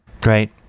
Great